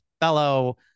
fellow